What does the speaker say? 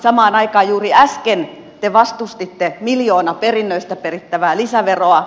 samaan aikaan juuri äsken te vastustitte miljoonaperinnöistä perittävää lisäveroa